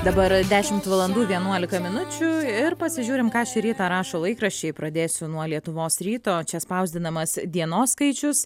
dabar dešimt valandų vienuolika minučių ir pasižiūrim ką šį rytą rašo laikraščiai pradėsiu nuo lietuvos ryto čia spausdinamas dienos skaičius